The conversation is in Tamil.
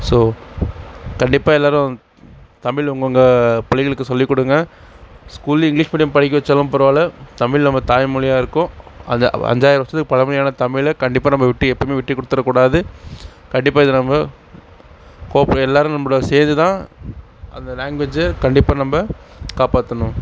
ஸோ கண்டிப்பாக எல்லோரும் தமிழ் உங்கள் உங்கள் பிள்ளைங்களுக்கு சொல்லி கொடுங்க ஸ்கூல்லையும் இங்கிலீஷ் மீடியம் படிக்க வைச்சாலும் பரவாயில்ல தமிழ் நம்ம தாய் மொழியாயிருக்கும் அது அஞ்சாயிரம் வருஷத்துக்கு பழமையான தமிழை கண்டிப்பாக நம்ம விட்டு எப்பவும் விட்டே கொடுத்துற கூடாது கண்டிப்பாக இது நம்ம கோப் எல்லோரும் நம்மளா சேர்ந்து தான் அந்த லாங்குவேஜை கண்டிப்பாக நம்ம காப்பாற்றணும்